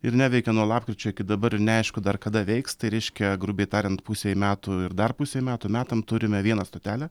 ir neveikia nuo lapkričio iki dabar ir neaišku dar kada veiks tai reiškia grubiai tariant pusei metų ir dar pusei metų metam turime vieną stotelę